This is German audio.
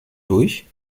durch